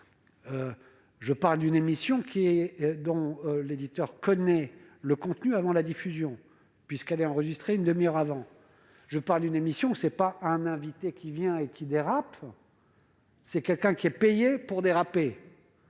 Je parle d'une émission dont l'éditeur connaît le contenu avant sa diffusion, puisqu'elle est enregistrée une demi-heure avant. Dans cette émission, ce n'est pas un invité qui dérape, c'est quelqu'un qui est payé pour déraper